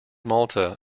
malta